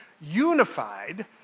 unified